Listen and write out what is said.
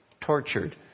tortured